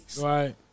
right